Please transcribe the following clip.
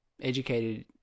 educated